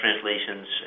translations